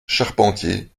charpentier